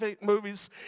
movies